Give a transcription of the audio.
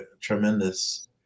tremendous